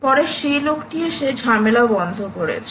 পরে সেই লোক টি এসে ঝামেলা বন্ধ করেছে